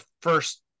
first